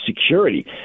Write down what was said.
security